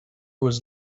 was